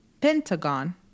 pentagon